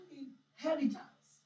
inheritance